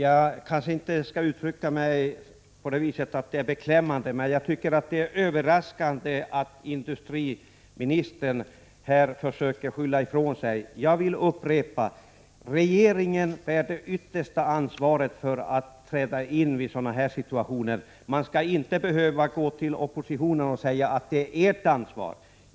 Fru talman! Jag kanske inte skall använda uttrycket beklämmande, men jag tycker att det är överraskande att industriministern försöker skylla ifrån 33 sig. Jag vill upprepa: Regeringen bär det yttersta ansvaret och bör träda in i sådana här situationer. Man kan inte vända sig till oppositionen och säga att det är vårt ansvar.